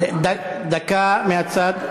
דקה מהצד.